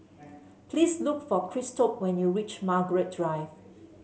please look for Christop when you reach Margaret Drive